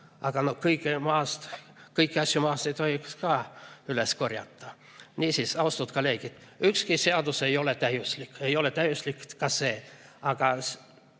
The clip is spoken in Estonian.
no kõiki asju ei tohiks ka maast üles korjata. Niisiis, austatud kolleegid, ükski seadus ei ole täiuslik, ei ole täiuslik ka see, aga